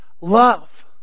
Love